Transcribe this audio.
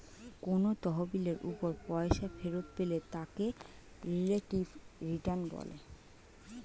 কোন তহবিলের উপর পয়সা ফেরত পেলে তাকে রিলেটিভ রিটার্ন বলে